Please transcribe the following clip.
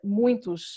muitos